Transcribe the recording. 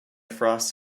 frost